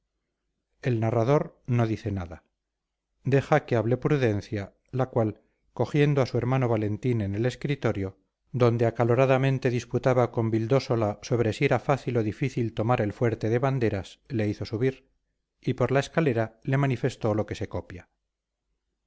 el narrador no dice nada deja que hable prudencia la cual cogiendo a su hermano valentín en el escritorio donde acaloradamente disputaba con vildósola sobre si era fácil o difícil tomar el fuerte de banderas le hizo subir y por la escalera le manifestó lo que se copia